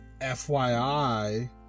FYI